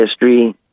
history